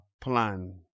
plan